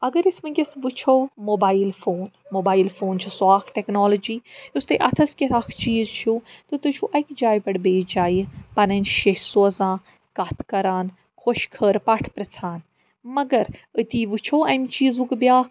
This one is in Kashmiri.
اگر أسۍ وُنٛکیٚس وچھو موبایل فون موبایل فون چھُ سُہ اَکھ ٹیٚکنالوجی یُس تُہۍ اَتھس کیٚتھ اَکھ چیٖز چھُو تہٕ تُہۍ چھُو اَکہِ جایہِ پٮ۪ٹھ بیٚیِس جایہِ پَنٕنۍ شیٚشۍ سوزان کَتھ کَران خۄش خٲر پاٹھ پرٛژھان مگر أتی وُچھو اَمہِ چیٖزُک بیٛاکھ